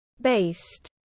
Based